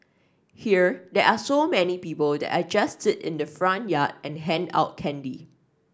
here there are so many people that I just sit in the front yard and hand out candy